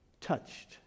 touched